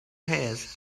his